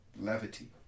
levity